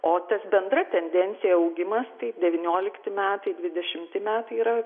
o tas bendra tendencija augimas tai devyniolikti metai dvidešimti metai yra